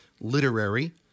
literary